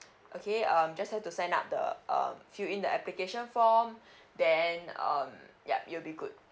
okay um just have to sign up the uh fill in the application form then um yup you'll be good